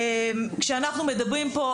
כשאנחנו מדברים פה,